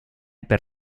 per